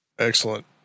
Excellent